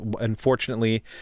unfortunately